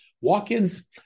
walk-ins